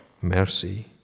mercy